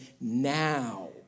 now